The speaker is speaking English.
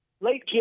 late